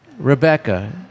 Rebecca